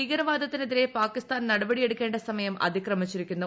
ഭീകരപ്പാദത്തിനെതിരെ പാകിസ്ഥാൻ നടപടി എടുക്കേണ്ട സമയും അതിക്രമിച്ചിരിക്കുന്നു